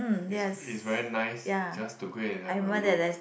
is is very nice just to go and have a look